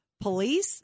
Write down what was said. police